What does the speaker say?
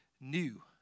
New